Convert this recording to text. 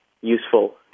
useful